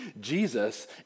Jesus